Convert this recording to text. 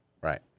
Right